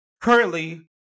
Currently